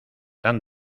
tan